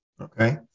Okay